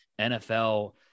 NFL